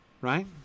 right